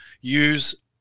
use